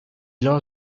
loro